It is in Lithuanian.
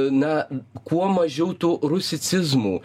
na kuo mažiau tų rusicizmų